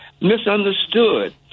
misunderstood